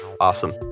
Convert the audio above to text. Awesome